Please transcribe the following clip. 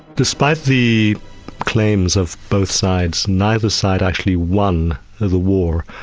despite the claims of both sides, neither side actually won the the war.